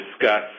discuss